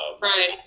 right